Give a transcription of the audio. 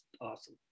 awesome